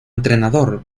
entrenador